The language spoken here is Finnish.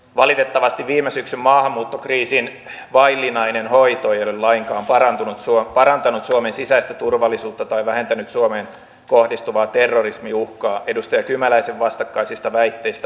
valitettavasti viime syksyn maahanmuuttokriisin vaillinainen hoito ei ole lainkaan parantanut suomen sisäistä turvallisuutta tai vähentänyt suomeen kohdistuvaa terrorismiuhkaa edustaja kymäläisen vastakkaisista väitteistä huolimatta